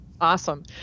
Awesome